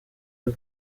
rwe